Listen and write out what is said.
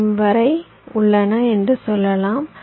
m வரை உள்ளன என்று சொல்லலாம்